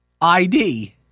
ID